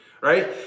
right